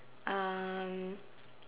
um